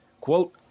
Quote